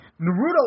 Naruto